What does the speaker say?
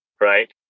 right